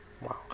Wow